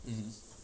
mm mm